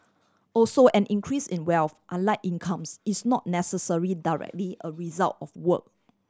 also an increase in wealth unlike incomes is not necessary directly a result of work